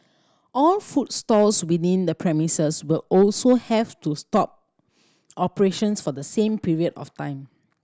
all food stalls within the premises will also have to stop operations for the same period of time